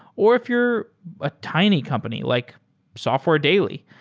or if you're a tiny company like software daily.